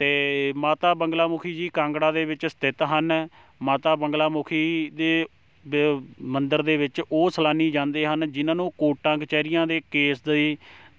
ਅਤੇ ਮਾਤਾ ਬੰਗਲਾ ਮੁਖੀ ਜੀ ਕਾਂਗੜਾ ਦੇ ਵਿੱਚ ਸਥਿਤ ਹਨ ਮਾਤਾ ਬੰਗਲਾ ਮੁਖੀ ਦੇ ਬ ਮੰਦਰ ਦੇ ਵਿੱਚ ਉਹ ਸੈਲਾਨੀ ਜਾਂਦੇ ਹਨ ਜਿਹਨਾਂ ਨੂੰ ਕੋਟਾਂ ਕਚਹਿਰੀਆਂ ਦੇ ਕੇਸ ਦੇ